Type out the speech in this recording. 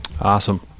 Awesome